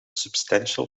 substantial